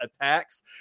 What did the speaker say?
attacks